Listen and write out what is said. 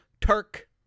Turk